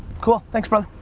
cool, thanks brother,